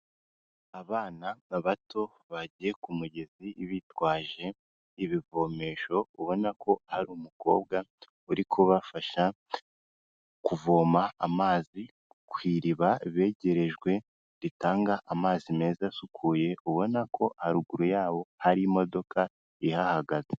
Abana bato bagiye ku mugezi bitwaje ibivomesho, ubona ko hari umukobwa uri kubafasha kuvoma amazi ku iriba begerejwe, ritanga amazi meza asukuye; ubona ko haruguru yabo hari imodoka ihahagaze.